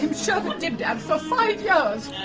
and so but dip-dabs for five years,